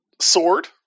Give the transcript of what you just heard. Sword